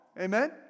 Amen